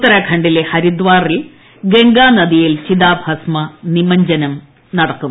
ഉത്തരാഖണ്ഡിലെ ഹരിദ്വാറിലെ ഗംഗാനദിയിൽ ചിതാഭസ്മം നിമജ്ജനം ചെയ്യും